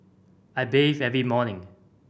I bathe every morning